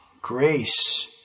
grace